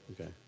Okay